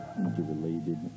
interrelated